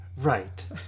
Right